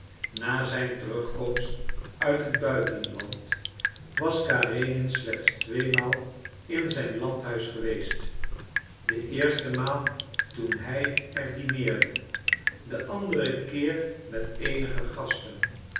na zijn terugkomst uit het buitenland was karenin slechts tweemaal in zijn landhuis geweest de eerste maal toen hij er dineerde den anderen keer met eenige gasten